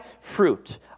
fruit